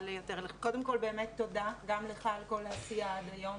קודם כל באמת תודה גם לך על כל העשייה עד היום.